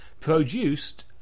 produced